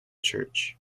church